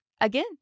Again